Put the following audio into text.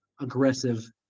aggressive